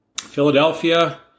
Philadelphia